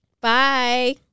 Bye